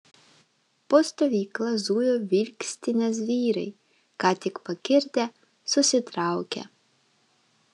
po stovyklą zujo vilkstinės vyrai ką tik pakirdę susitraukę